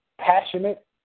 passionate